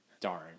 darn